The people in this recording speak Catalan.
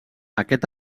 aquest